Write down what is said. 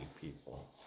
people